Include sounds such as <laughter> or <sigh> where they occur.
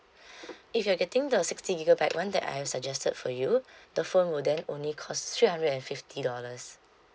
<breath> if you're getting the sixty gigabyte one that I have suggested for you <breath> the phone will then only cost three hundred and fifty dollars